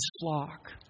flock